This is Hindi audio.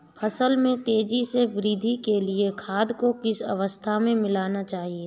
फसल में तेज़ी से वृद्धि के लिए खाद को किस अवस्था में मिलाना चाहिए?